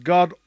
God